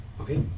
Okay